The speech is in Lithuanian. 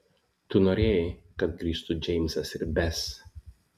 tu norėjai kad grįžtų džeimsas ir bes